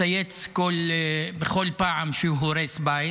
מצייץ בכל פעם שהוא הורס בית.